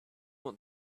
want